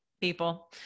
people